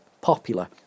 popular